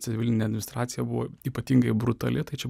civilinė administracija buvo ypatingai brutali tai čia